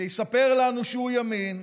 שיספר לנו שהוא ימין,